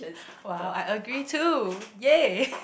!wow! I agree too !yay!